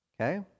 Okay